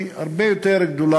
הרבה יותר גדול